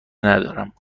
ندارم